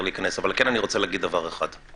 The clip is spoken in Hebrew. אבל כן אני רוצה להגיד דבר אחד.